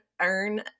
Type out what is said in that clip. earn